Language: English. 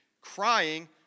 crying